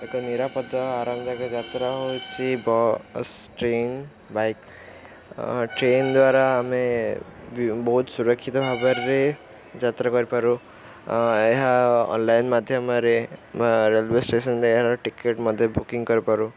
ଏକ ନିରାପଦ ଆରାମଦାୟକ ଯାତ୍ରା ହେଉଛି ବସ୍ ଟ୍ରେନ ବାଇକ୍ ଟ୍ରେନ ଦ୍ୱାରା ଆମେ ବହୁତ ସୁରକ୍ଷିତ ଭାବରେ ଯାତ୍ରା କରିପାରୁ ଏହା ଅନଲାଇନ୍ ମାଧ୍ୟମରେ ରେଲୱେ ଷ୍ଟେସନ୍ରେ ଏହାର ଟିକେଟ୍ ମଧ୍ୟ ବୁକିଙ୍ଗ କରିପାରୁ